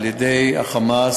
על-ידי ה"חמאס",